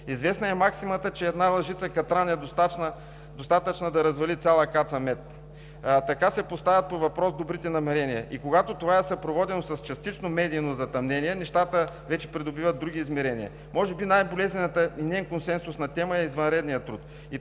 Известна е максимата, че една лъжица катран е достатъчна да развали цяла каца мед. Така се поставят под въпрос добрите намерения и когато това е съпроводено с частично медийно затъмнение, нещата вече придобиват други измерения. Може би най-болезнената и неконсенсусна тема е извънредният труд,